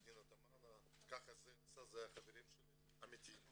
פנינה תמנו, כך זה יצא, אלה החברים שלי האמתיים,